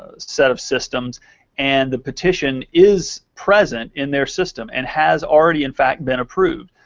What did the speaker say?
ah set of systems and the petition is present in their system and has already in fact been approved.